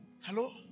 Hello